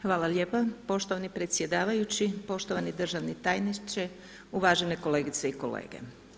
Hvala lijepa poštovani predsjedavajući, poštovani državni tajniče, uvažene kolegice i kolege.